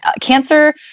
cancer